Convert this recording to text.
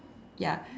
ya